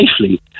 safely